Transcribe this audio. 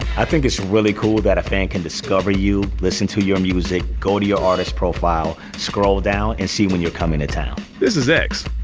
i think it's really cool that a fan can discover you, listen to your music, go to your artist profile, scroll down, and see when you're coming to town. this is x.